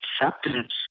acceptance